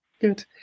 good